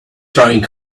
trying